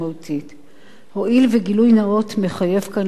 הואיל וגילוי נאות מחייב כאן להגיד הכול,